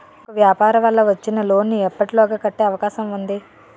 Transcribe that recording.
నాకు వ్యాపార వల్ల వచ్చిన లోన్ నీ ఎప్పటిలోగా కట్టే అవకాశం ఉంది?